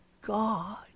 God